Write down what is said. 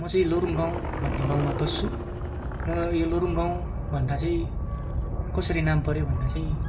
र म चाहिँ लोरुङ गाउँ भन्ने गाउँमा बस्छु र यो लोरुङ गाउँ भन्दा चाहिँ कसरी नाम पर्यो भन्दा चाहिँ